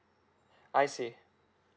I see